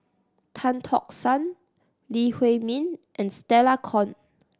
Tan Tock San Lee Huei Min and Stella Kon